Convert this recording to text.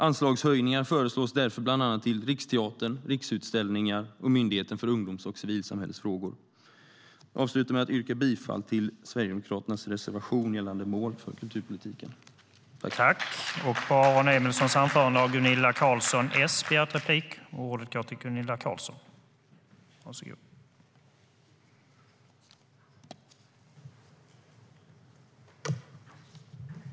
Anslagshöjningar föreslås därför bland annat till Riksteatern, Riksutställningar och Myndigheten för ungdoms och civilsamhällesfrågor. Jag avslutar med att yrka bifall till Sverigedemokraternas reservation gällande mål för kulturpolitiken.